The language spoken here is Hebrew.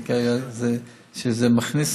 שזה מכניס